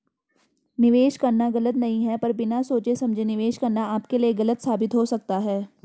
निवेश करना गलत नहीं है पर बिना सोचे समझे निवेश करना आपके लिए गलत साबित हो सकता है